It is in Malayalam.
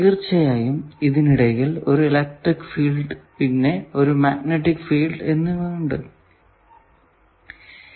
തീർച്ചയായും ഇതിനിടയിൽ ഇലക്ട്രിക്ക് ഫീൽസും മാഗ്നെറ്റിക് ഫീൽസും ഉണ്ടാകും